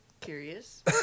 curious